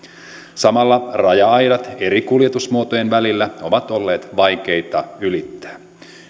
samalla raja aidat eri kuljetusmuotojen välillä ovat olleet vaikeita ylittää